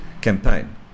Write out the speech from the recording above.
campaign